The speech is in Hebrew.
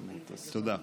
תודה.